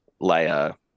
layer